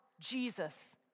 Jesus